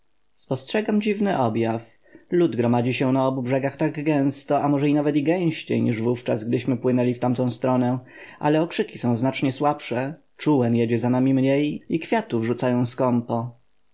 spostrzegam dziwny objaw lud gromadzi się na obu brzegach tak gęsto a może nawet i gęściej niż wówczas gdyśmy płynęli w tamtą stronę ale okrzyki są znacznie słabsze czółen jedzie za nami mniej i kwiatów rzucają skąpo